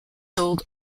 sold